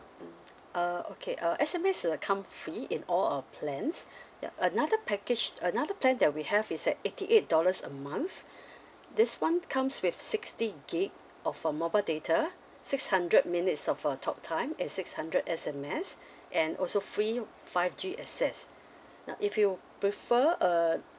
mm uh okay uh S_M_S uh come free in all our plans ya another package another plan that we have is at eighty eight dollars a month this [one] comes with sixty gig of uh mobile data six hundred minutes of uh talk time and six hundred S_M_S and also free five G access now if you prefer uh